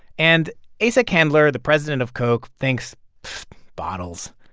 and asa candler, the president of coke, thinks bottles,